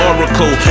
Oracle